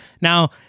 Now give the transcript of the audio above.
Now